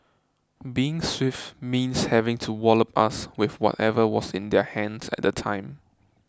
being swift means having to wallop us with whatever was in their hands at the time